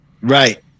Right